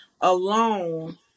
alone